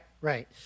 right